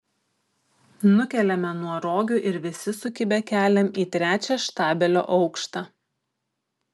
nukeliame nuo rogių ir visi sukibę keliam į trečią štabelio aukštą